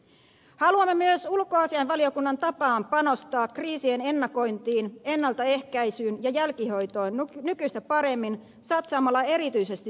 haluamme myös ulkoasiainvaliokunnan tapaan panostaa kriisien ennakointiin en naltaehkäisyyn ja jälkihoitoon nykyistä paremmin satsaamalla erityisesti siviilikriisinhallintaan